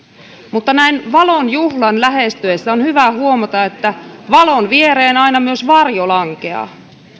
mutta näin valon juhlan lähestyessä on hyvä huomata että valon viereen aina myös varjo lankeaa